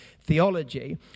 theology